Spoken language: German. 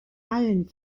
allen